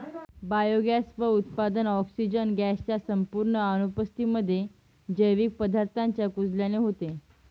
biogas च उत्पादन, oxygen gas च्या संपूर्ण अनुपस्थितीमध्ये, जैविक पदार्थांच्या कुजल्याने होतं